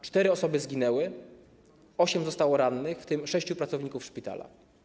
Cztery osoby zginęły, osiem zostało rannych, w tym sześciu pracowników szpitala.